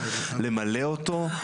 למלא אותו,